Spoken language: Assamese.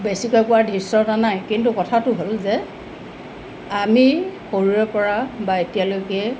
বেছিকৈ পোৱাৰ দৃশ্যতা নাই কিন্তু কথাটো হ'ল যে আমি সৰুৰে পৰা বা এতিয়ালৈকে